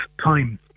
time